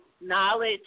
knowledge